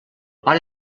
pare